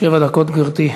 אדוני השר.